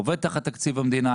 עובד תחת תקציב המדינה,